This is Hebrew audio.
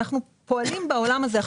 אנחנו פועלים בעולם הזה.